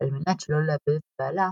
על מנת שלא לאבד את בעלה,